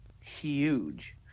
huge